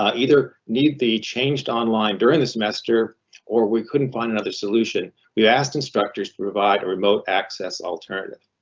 ah either need the changed online during the semester or we couldn't find another solution, we asked instructors to provide a remote access alternative.